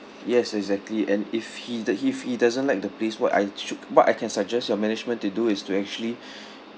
yes exactly and if he d~ if he doesn't like the place what I should what I can suggest your management to do is to actually